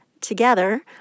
together